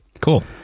cool